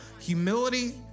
Humility